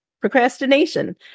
procrastination